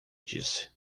disse